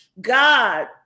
God